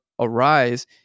arise